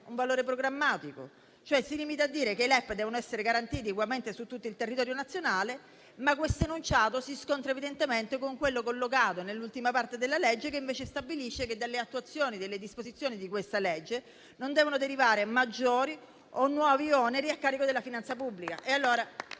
un valore programmatico: si limita cioè a dire che i LEP devono essere garantiti ugualmente su tutto il territorio nazionale, ma si scontra evidentemente con un altro enunciato collocato nell'ultima parte della legge, che invece stabilisce che dalle attuazioni delle disposizioni di questa legge non devono derivare maggiori o nuovi oneri a carico della finanza pubblica.